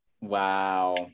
Wow